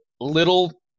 little